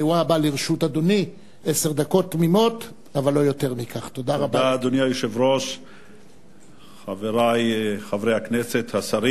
6252. חבר הכנסת והבה,